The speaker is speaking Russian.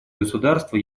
государства